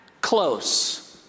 close